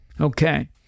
Okay